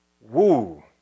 Woo